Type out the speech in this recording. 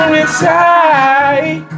inside